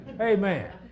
Amen